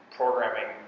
programming